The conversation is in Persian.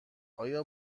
آیا